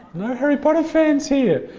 no harry potter fans here?